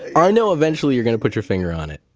i know eventually you're going to put your finger on it